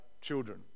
children